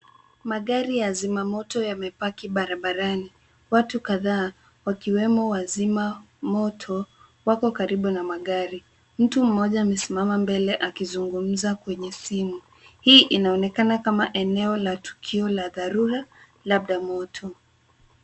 Magari ya zimamoto yamepaki barabarani. Watu kadhaa wakiwemo wazimamoto wako karibu na magari, mtu mmoja amesimama mbele akizungumza kwenye simu. Hii inaonekana kama eneo la tukio la dharura labda moto.